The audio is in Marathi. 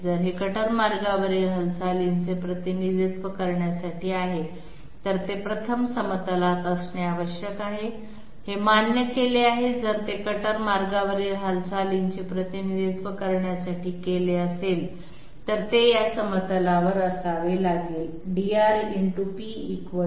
जर हे कटर मार्गावरील हालचालीचे प्रतिनिधित्व करण्यासाठी आहे तर ते प्रथम समतलात असणे आवश्यक आहे हे मान्य केले आहे जर ते कटर मार्गावरील हालचालीचे प्रतिनिधित्व करण्यासाठी केले असेल तर ते या समतलावर असावे लागेल